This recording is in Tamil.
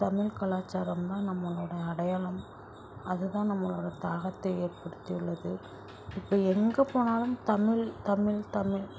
தமிழ் கலாச்சாரம் தான் நம்மளோடய அடையாளம் அது தான் நம்மளோடய தாகத்தை ஏற்படுத்தி உள்ளது இப்போ எங்கே போனாலும் தமிழ் தமிழ் தமிழ்